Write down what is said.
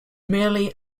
merely